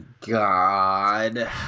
God